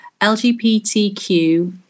LGBTQ